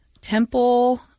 temple